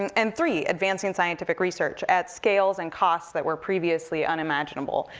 and and three, advancing scientific research at scales and costs that were previously unimaginable,